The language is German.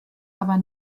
aber